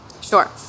Sure